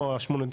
או השמונה,